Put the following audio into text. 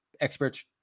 experts